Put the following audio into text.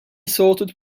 sorted